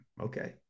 Okay